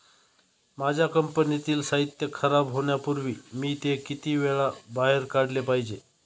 माझ्या कंपनीतील साहित्य खराब होण्यापूर्वी मी ते किती वेळा बाहेर काढले पाहिजे?